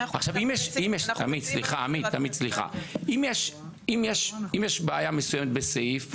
אם יש בעיה מסוימת בסעיף ,